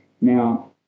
Now